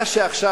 מה שעכשיו,